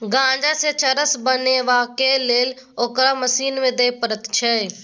गांजासँ चरस बनेबाक लेल ओकरा मशीन मे दिए पड़ैत छै